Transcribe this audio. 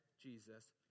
Jesus